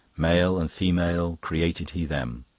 male and female created he them.